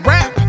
Rap